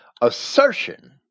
assertion